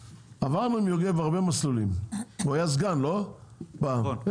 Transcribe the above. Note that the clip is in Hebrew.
עברנו עם יוגב הרבה מסלולים הוא היה סגן לא פעם כן?